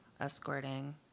escorting